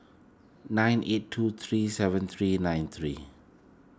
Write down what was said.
nine eight two three seven three nine three